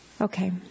Okay